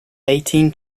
eighteen